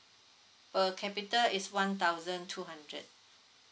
uh capital is one thousand two hundred